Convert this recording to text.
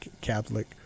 catholic